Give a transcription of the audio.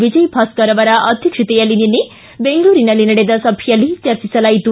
ವಿಜಯ ಭಾಸ್ಕರ್ ಅವರ ಅಧ್ಯಕ್ಷತೆಯಲ್ಲಿ ಬೆಂಗಳೂರಿನಲ್ಲಿ ನಡೆದ ಸಭೆಯಲ್ಲಿ ಚರ್ಚಿಸಲಾಯಿತು